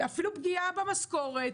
אפילו פגיעה במשכורת,